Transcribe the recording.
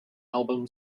album